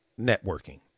networking